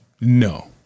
No